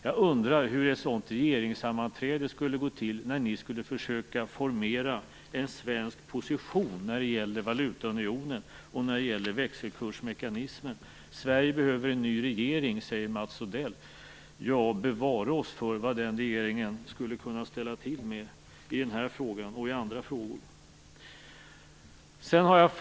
Jag undrar hur det regeringssammanträde skulle gå till där ni försökte formera en svenska position när det gäller valutaunionen och växelkursmekanismen. Sverige behöver en ny regering, säger Mats Odell. Ja, bevare oss för vad den regeringen skulle kunna ställa till med såväl i denna fråga som i andra frågor!